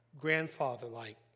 grandfather-like